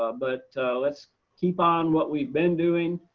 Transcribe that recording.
ah but let's keep on what we've been doing,